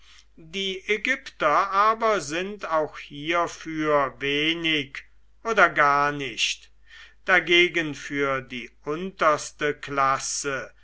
die ägypter aber sind auch hierfür wenig oder gar nicht dagegen für die unterste klasse